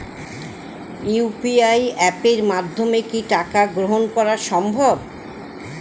UPI অ্যাপের মাধ্যমে কি টাকা গ্রহণ করাও সম্ভব?